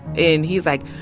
and he's, like,